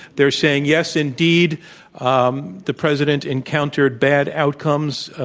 they're saying yes indeed um the president encountered bad outcomes,